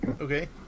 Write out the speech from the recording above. Okay